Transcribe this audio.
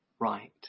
Right